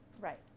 Right